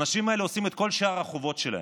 האנשים האלה עושים את כל שאר החובות שלהם.